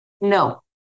No